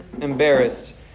embarrassed